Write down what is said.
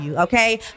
Okay